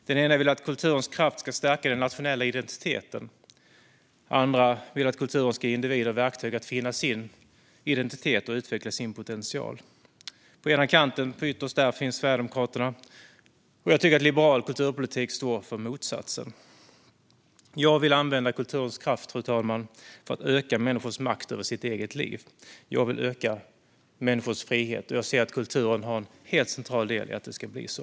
Den ena vill att kulturen ska ge individer verktyg att finna sin identitet och utveckla sin potential, och den andra vill att kulturens kraft ska stärka den nationella identiteten. På den ena kanten, ytterst, finns Sverigedemokraterna. Jag tycker att liberal kulturpolitik står för motsatsen. Jag vill använda kulturens kraft för att öka människors makt över sitt eget liv. Jag vill öka människors frihet, och jag ser att kulturen har en helt central del i att det ska bli så.